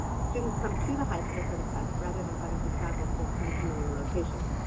students come to the high school for the test rather than having to travel to an unfamiliar location.